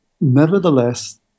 nevertheless